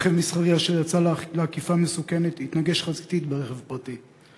רכב מסחרי אשר יצא לעקיפה מסוכנת התנגש חזיתית ברכב פרטי.